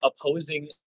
opposing